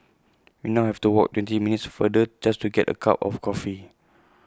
we now have to walk twenty minutes farther just to get A cup of coffee